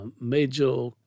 major